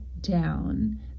down